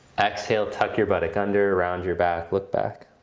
exhale tuck your buttock under, round your back, look back.